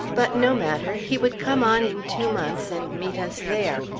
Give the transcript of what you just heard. but no matter he would come on in two months, and meet us there.